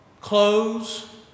clothes